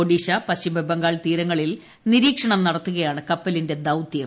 ഒഡീഷ പശ്ചിമബംഗാൾ തീരങ്ങളിൽ നിരീക്ഷണം നടത്തുകയാണ് കപ്പലിന്റെ ദൌത്യം